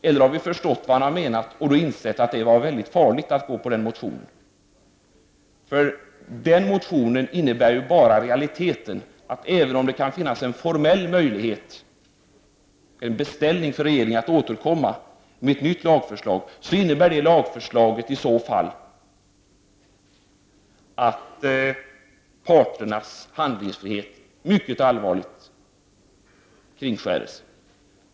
Och om vi förstått vad han menat har vi insett att det är farligt att biträda motio Även om det finns en formell möjlighet för regeringen att återkomma med ett nytt lagförslag — detta kan ses som en sådan beställning — kommer det i realiteten bara att innebära att parternas handlingsfrihet mycket allvarligt kringskärs.